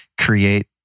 create